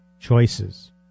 choices